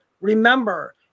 remember